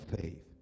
faith